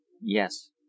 Yes